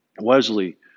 Wesley